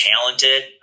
talented